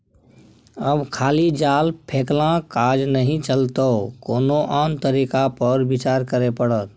आब खाली जाल फेकलासँ काज नहि चलतौ कोनो आन तरीका पर विचार करय पड़त